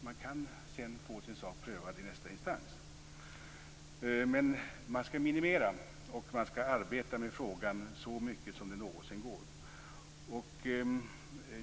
Man kan sedan få sin sak prövad i nästa instans. Men man skall minimera och arbeta med frågan så mycket som det någonsin går.